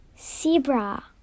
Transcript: Zebra